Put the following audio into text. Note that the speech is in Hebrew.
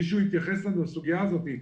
מישהו יתייחס גם לסוגיה הזאת.